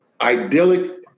idyllic